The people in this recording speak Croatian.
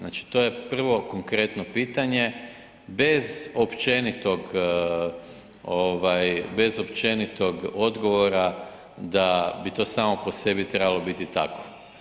Znači, to je prvo konkretno pitanje bez općenitog ovaj, bez općenitog odgovora da bi to samo po sebi trebalo biti tako.